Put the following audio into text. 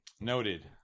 Noted